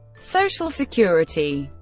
social security